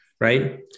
Right